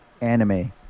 anime